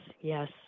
Yes